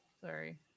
Sorry